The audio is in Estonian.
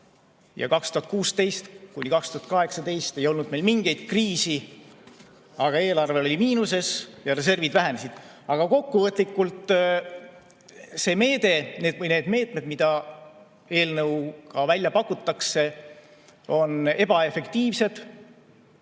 2016–2018 ei olnud meil mingit kriisi, aga eelarve oli miinuses ja reservid vähenesid. Kokkuvõtlikult: see meede või need meetmed, mida eelnõuga välja pakutakse, on ebaefektiivsed,